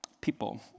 people